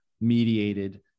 mediated